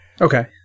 Okay